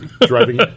driving